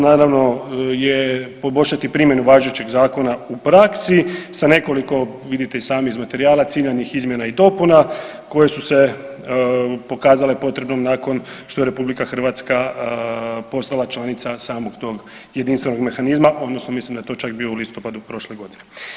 Naravno je poboljšati primjenu važećeg Zakona u praksi sa nekoliko vidite i sami iz materijala ciljanih izmjena i dopuna koje su se pokazale potrebne nakon što je Republika Hrvatska postala članica samog tog jedinstvenog mehanizma, odnosno mislim da je to čak bilo u listopadu prošle godine.